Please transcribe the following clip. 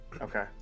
Okay